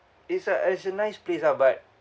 it's a it's a nice place lah but